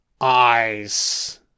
Eyes